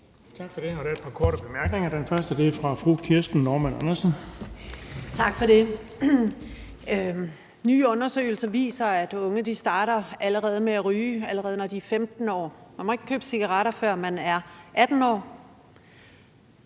Nye undersøgelser viser, at unge starter med at ryge, allerede når de er 15 år. Man må ikke købe cigaretter, før man er 18 år,